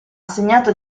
segnato